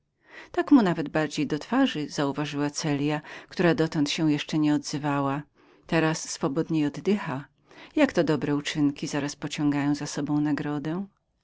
tak mu nawet bardziej do twarzy rzekła celja która dotąd nie była się jeszcze odezwała teraz swobodniej oddycha jakto dobre uczynki zaraz pociągają za sobą nadgrodę